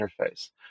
interface